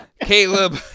Caleb